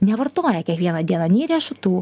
nevartoja kiekvieną dieną nei riešutų